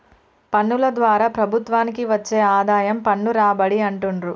పన్నుల ద్వారా ప్రభుత్వానికి వచ్చే ఆదాయం పన్ను రాబడి అంటుండ్రు